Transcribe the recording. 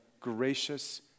gracious